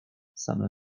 same